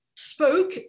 spoke